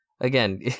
Again